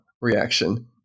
reaction